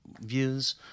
views